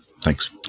Thanks